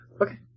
Okay